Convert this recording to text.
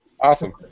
Awesome